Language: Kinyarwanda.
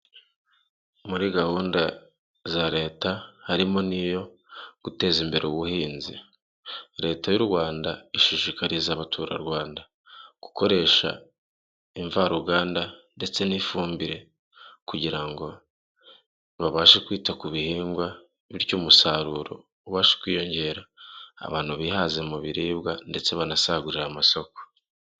Muri gahunda za leta harimo n'iyo guteza imbere ubuhinzi. Leta y'u Rwanda ishishikariza abaturarwanda gukoresha imvaruganda ndetse n'ifumbire kugira ngo babashe kwita ku bihingwa bityo umusaruro ubashe kwiyongera, abantu bihaze mu biribwa ndetse banasagurira amasoko.